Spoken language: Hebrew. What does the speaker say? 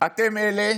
אתם אלה